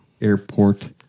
airport